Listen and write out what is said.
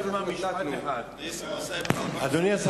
אדוני השר,